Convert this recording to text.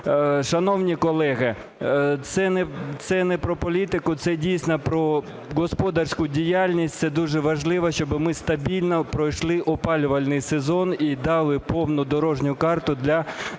Шановні колеги, це не про політику, це дійсно про господарську діяльність, це дуже важливо, щоб ми стабільно пройшли опалювальний сезон і дали повну дорожню карту для великої